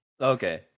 Okay